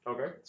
Okay